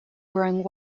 growing